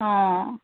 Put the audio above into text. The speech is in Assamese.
অঁ